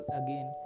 again